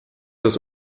das